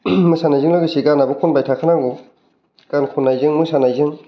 मोसानायजों लोगोसे गानाबो खनबाय थाखानांगौ गान खननायजों मोसानायजों